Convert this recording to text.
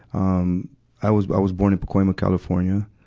um i was, i was born in pacoima, california,